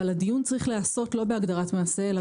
אבל הדיון צריך להיעשות לא בהגדרת מעשה אלא